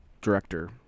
director